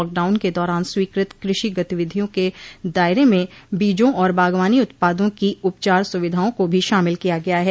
lockdown के दौरान स्वीकृत कृषि गतिविधियों के दायरे में बीजों और बागवानी उत्पादों की उपचार सुविधाओं को भी शामिल किया गया है